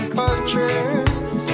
cultures